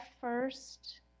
first